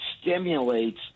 stimulates